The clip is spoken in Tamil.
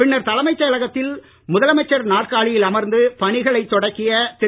பின்னர் தலைமைச் செயலகத்தில் முதலமைச்சர் நாற்காலியில் அமர்ந்து பணிகளை தொடக்கிய திரு